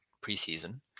pre-season